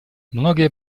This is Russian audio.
многие